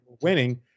winning